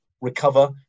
recover